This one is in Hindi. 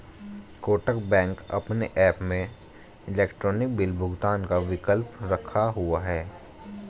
कोटक बैंक अपने ऐप में इलेक्ट्रॉनिक बिल भुगतान का विकल्प रखा हुआ है